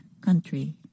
Country